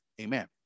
Amen